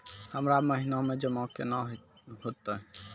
हमरा महिना मे जमा केना हेतै?